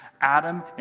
Adam